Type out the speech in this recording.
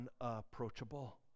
unapproachable